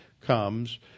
comes